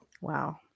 Wow